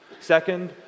Second